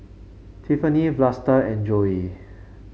Tiffany Vlasta and Joey